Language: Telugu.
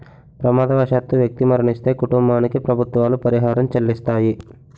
ప్రమాదవశాత్తు వ్యక్తి మరణిస్తే కుటుంబానికి ప్రభుత్వాలు పరిహారం చెల్లిస్తాయి